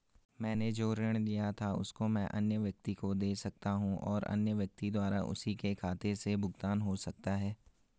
मैंने जो ऋण लिया था उसको मैं अन्य व्यक्ति को दें सकता हूँ और अन्य व्यक्ति द्वारा उसी के खाते से भुगतान हो सकता है?